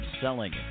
selling